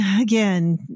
Again